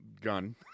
Gun